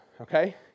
okay